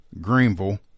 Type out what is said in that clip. Greenville